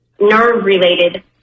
nerve-related